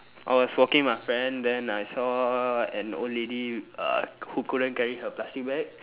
I was walking with my friend then I saw an old lady uh who couldn't carry her plastic bag